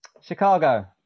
chicago